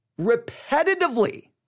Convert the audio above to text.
repetitively